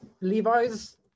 Levi's